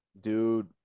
Dude